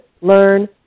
learn